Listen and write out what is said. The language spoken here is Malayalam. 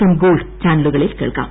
എം ഗോൾഡ് ചാനലുകളിൽ കേൾക്കാം